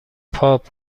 پاپ